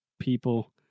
people